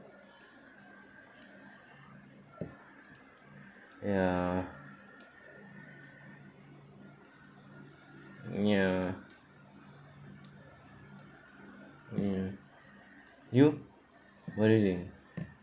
ya ya ya you what do you think